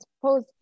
suppose